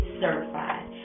certified